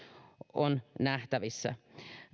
on nähtävissä